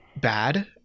bad